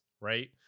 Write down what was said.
right